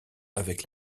avec